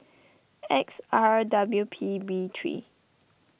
X R W P B three